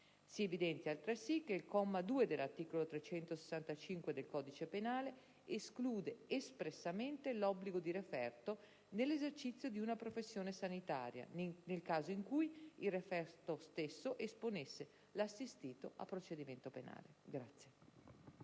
Si evidenzia altresì che il comma 2 dell'articolo 365 del codice penale esclude espressamente l'obbligo di referto nell'esercizio di una professione sanitaria nel caso in cui il referto stesso possa esporre l'assistito a procedimento penale.